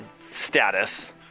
status